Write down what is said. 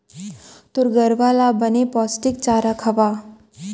तोर गरूवा ल बने पोस्टिक चारा खवा